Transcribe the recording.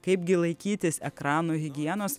kaipgi laikytis ekrano higienos